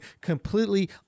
completely